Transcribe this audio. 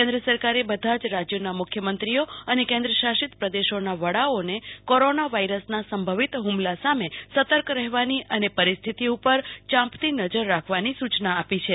કેન્દ્ર સરકારે બધા જ રાજ્યોના મુખ્યમંત્રીઓ અને કેન્દ્ર શાસિત પ્રદેશોના વડાઓને કોરોના વાઇરસના સંભવિત હ્મલા સામે સતર્ક રહેવાની અને પરિસ્થિત ઉપર યાંપતી નજર રાખવાની સૂચના આપી છે